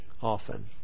often